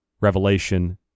revelation